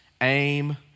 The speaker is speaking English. aim